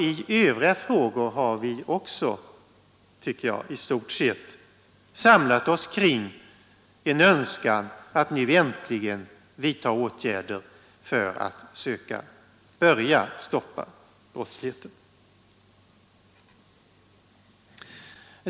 I övriga frågor har vi också, tycker jag, i stort sett samlat oss 65 kring en önskan att nu äntligen vidta åtgärder för att söka börja stoppa brottsligheten.